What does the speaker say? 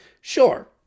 sure